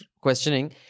questioning